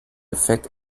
effekt